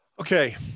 Okay